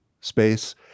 space